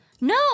No